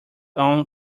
own